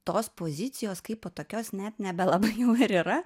tos pozicijos kaipo tokios net nebelabai jau ir yra